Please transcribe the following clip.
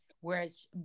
whereas